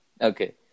Okay